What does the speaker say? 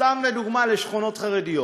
סתם לדוגמה, לשכונות חרדיות